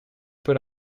put